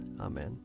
Amen